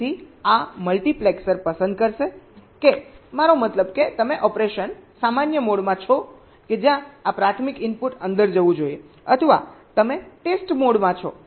તેથી આ મલ્ટિપ્લેક્ષર પસંદ કરશે કે મારો મતલબ કે તમે ઓપરેશનના સામાન્ય મોડમાં છો કે જ્યાં આ પ્રાથમિક ઇનપુટ અંદર જવું જોઈએ અથવા તમે ટેસ્ટ મોડમાં છો જ્યાં આ પેટર્ન અંદર જવું જોઈએ